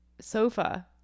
sofa